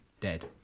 dead